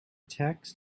tax